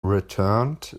returned